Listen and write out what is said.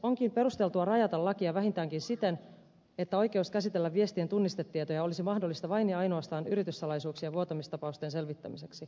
onkin perusteltua rajata lakia vähintäänkin siten että oikeus käsitellä viestien tunnistetietoja olisi mahdollista vain ja ainoastaan yrityssalaisuuksien vuotamistapausten selvittämiseksi